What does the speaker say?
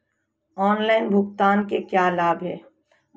Online भुगतान के क्या लाभ हैं?